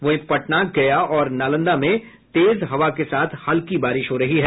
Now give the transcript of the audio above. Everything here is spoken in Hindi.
वहीं पटना गया और नालंदा में तेज हवा के साथ हल्की बारिश हो रही है